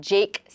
Jake